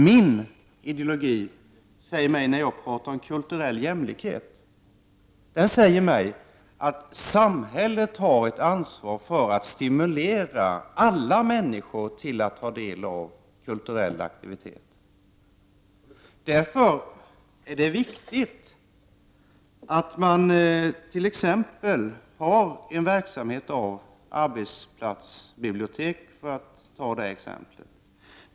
Min ideologi säger mig, när jag talar om kulturell jämlikhet, att samhället har ett ansvar för att stimulera alla människor till att ta del av kulturella aktiviteter. Därför är det viktig att man t.ex. har en verksamhet som arbetsplatsbibliotek.